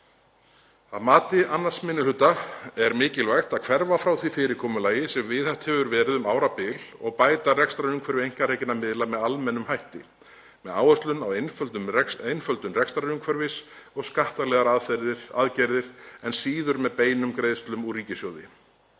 Að mati 2. minni hluta er mikilvægt að hverfa frá því fyrirkomulagi sem viðhaft hefur verið um árabil og bæta rekstrarumhverfi einkarekinna fjölmiðla með almennum hætti, með áherslu á einföldun rekstrarumhverfis og skattalegar aðgerðir en síður með beinum greiðslum úr ríkissjóði.